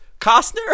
Costner